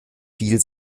viel